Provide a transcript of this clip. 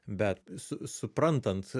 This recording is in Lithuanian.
bet su suprantant